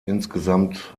insgesamt